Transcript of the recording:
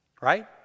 Right